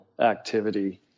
activity